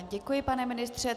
Děkuji, pane ministře.